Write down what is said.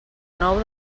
nou